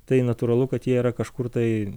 tai natūralu kad jie yra kažkur tai